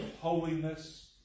holiness